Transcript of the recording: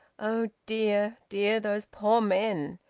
oh dear, dear those poor men!